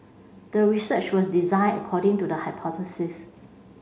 the research was designed according to the hypothesis